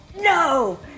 No